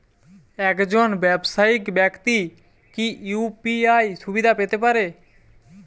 একজন ব্যাবসায়িক ব্যাক্তি কি ইউ.পি.আই সুবিধা পেতে পারে?